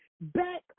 back